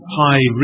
high